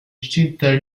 città